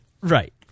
Right